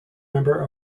member